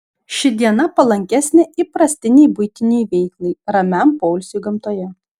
ši diena palankesnė įprastinei buitinei veiklai ramiam poilsiui gamtoje